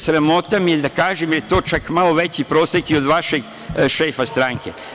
Sramota me je da kažem, jer je to čak malo veći prosek i od vašeg šefa stranke.